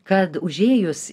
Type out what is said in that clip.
kad užėjus